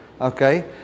Okay